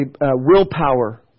willpower